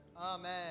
Amen